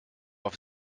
auf